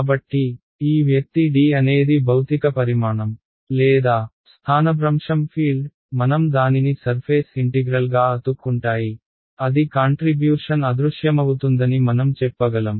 కాబట్టి ఈ వ్యక్తి D అనేది భౌతిక పరిమాణం లేదా స్థానభ్రంశం ఫీల్డ్ మనం దానిని సర్ఫేస్ ఇంటిగ్రల్ గా అతుక్కుంటాయి అది కాంట్రిబ్యూషన్ అదృశ్యమవుతుందని మనం చెప్పగలం